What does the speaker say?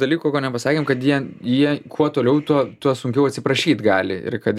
dalykų ko nepasakėm kad jie jie kuo toliau tuo tuo sunkiau atsiprašyt gali ir kad